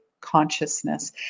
consciousness